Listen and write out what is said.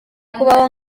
kubaho